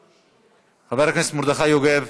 איננו, חבר הכנסת מרדכי יוגב,